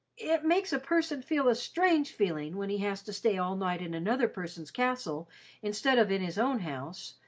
it makes a person feel a strange feeling when he has to stay all night in another person's castle instead of in his own house.